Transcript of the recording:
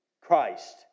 Christ